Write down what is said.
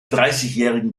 dreißigjährigen